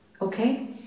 Okay